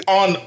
on